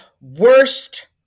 worst